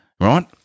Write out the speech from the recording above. right